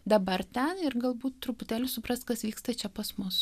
dabar ten ir galbūt truputėlį supras kas vyksta čia pas mus